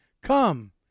come